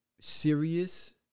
serious